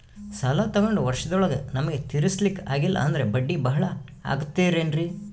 ಸಾಲ ತೊಗೊಂಡು ವರ್ಷದೋಳಗ ನಮಗೆ ತೀರಿಸ್ಲಿಕಾ ಆಗಿಲ್ಲಾ ಅಂದ್ರ ಬಡ್ಡಿ ಬಹಳಾ ಆಗತಿರೆನ್ರಿ?